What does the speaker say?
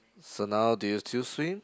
so now do you still swim